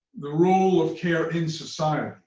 the role of care in society.